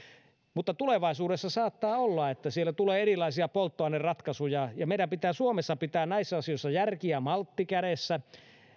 mutta tulevaisuudessa saattaa olla että siellä tulee erilaisia polttoaineratkaisuja ja meidän pitää suomessa pitää näissä asioissa järki ja maltti kädessä